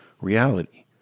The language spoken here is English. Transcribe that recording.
reality